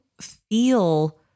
feel